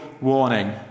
warning